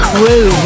Crew